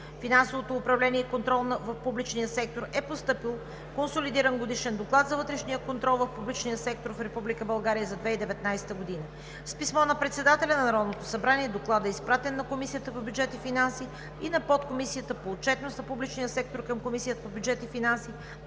финансовото управление и контрол в публичния сектор е постъпил Консолидиран годишен доклад за вътрешния контрол в публичния сектор в Република България за 2019 г. С писмо на председателя на Народното събрание Докладът е изпратен на Комисията по бюджет и финанси и на Подкомисията по отчетност на публичния сектор към Комисията по бюджет и финанси